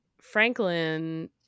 Franklin